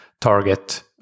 target